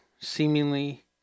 seemingly